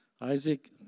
Isaac